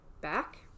back